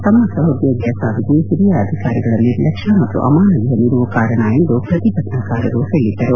ತಮ್ಮ ಸಹೋದ್ಯೋಗಿಯ ಸಾವಿಗೆ ಹಿರಿಯ ಅಧಿಕಾರಿಗಳ ನಿರ್ಲಕ್ಷ್ಯ ಮತ್ತು ಅಮಾನವೀಯ ನಿಲುವು ಕಾರಣ ಎಂದು ಪ್ರತಿಭಟನಾಕಾರರು ಹೇಳಿದ್ದರು